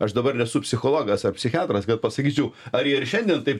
aš dabar nesu psichologas ar psichiatras bet pasakysiu ar jie ir šiandien taip